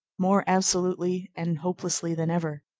more absolutely and hopelessly than ever,